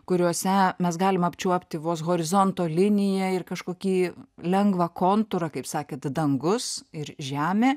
kuriuose mes galim apčiuopti vos horizonto liniją ir kažkokį lengvą kontūrą kaip sakėt dangus ir žemė